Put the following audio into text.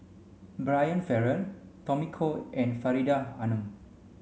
Brian Farrell Tommy Koh and Faridah Hanum